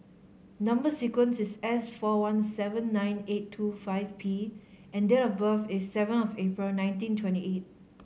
number sequence is S four one seven nine eight two five P and date of birth is seven of April nineteen twenty eight